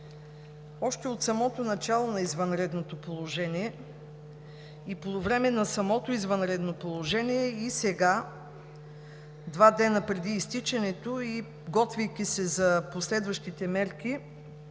Още от самото начало на извънредното положение, по време на самото извънредно положение и сега – два дни преди изтичането, готвейки се за последващите мерки,